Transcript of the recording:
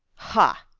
ha,